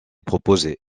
proposé